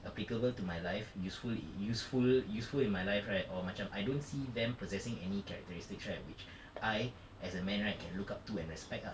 applicable to my life useful in useful useful in my life right or macam I don't see them possessing any characteristics right which I as a man right can look up to and respect ah